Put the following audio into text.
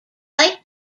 like